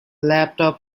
laptop